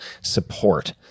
support